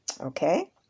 Okay